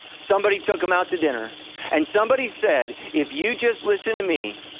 somebody took them out to dinner and somebody said, if you just listen to me,